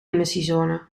emissiezone